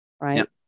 right